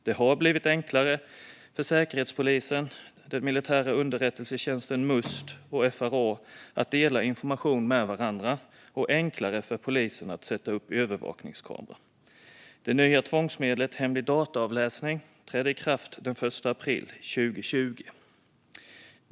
Det har blivit enklare för Säkerhetspolisen, militära underrättelsetjänsten Must och FRA att dela information med varandra, och enklare för polisen att sätta upp övervakningskameror. Det nya tvångsmedlet hemlig dataavläsning trädde i kraft den 1 april 2020.